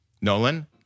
Nolan